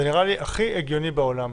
זה נראה לי הכי הגיוני בעולם.